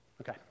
Okay